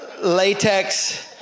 latex